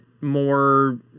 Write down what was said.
more